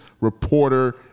reporter